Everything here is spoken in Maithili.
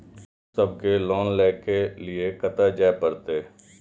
हमू सब के लोन ले के लीऐ कते जा परतें?